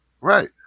Right